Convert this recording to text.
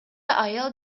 аял